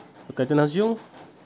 کَتٮ۪ن حظ چھِو